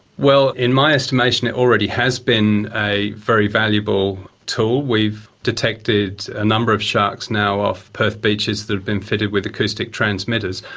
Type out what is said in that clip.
in my estimation it already has been a very valuable tool. we've detected a number of sharks now off perth beaches that have been fitted with acoustic transmitters.